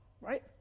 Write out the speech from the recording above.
Right